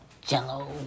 Jello